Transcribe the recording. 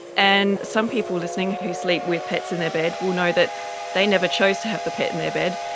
and some people listening who sleep with pets in their bed will know that they never chose to have the pet in their bed,